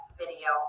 video